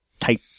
type